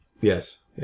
Yes